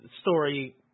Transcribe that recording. story